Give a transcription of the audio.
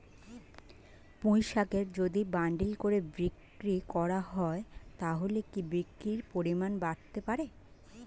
পুঁইশাকের যদি বান্ডিল করে বিক্রি করা হয় তাহলে কি বিক্রির পরিমাণ বাড়তে পারে?